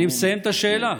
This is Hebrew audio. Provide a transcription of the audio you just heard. אני מסיים את השאלה.